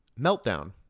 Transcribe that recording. Meltdown